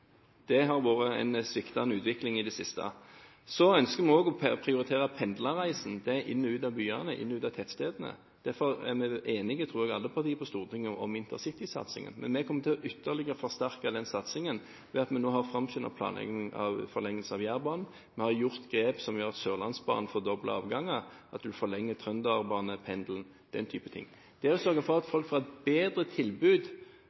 Det har vært en sviktende utvikling i det siste. Så ønsker vi også å prioritere pendlerreiser inn og ut av byene, inn og ut av tettstedene. Derfor er alle partier på Stortinget enige – tror jeg – om intercitysatsingen, men vi kommer til ytterligere å forsterke den satsingen ved at vi nå har framskyndet planleggingen av forlengelse av Jærbanen, vi har gjort grep som gjør at Sørlandsbanen fordobler antall avganger, at en forlenger Trønderbanen-pendelen – den type ting. Det å sørge for at folk får et bedre tilbud